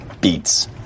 beats